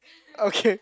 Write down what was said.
okay